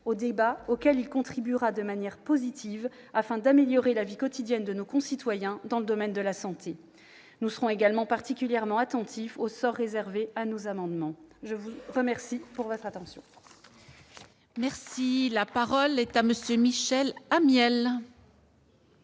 au débat, auquel il contribuera de manière positive, afin d'améliorer la vie quotidienne de nos concitoyens dans le domaine de la santé. Nous serons particulièrement attentifs au sort réservé à nos amendements. La parole est